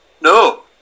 No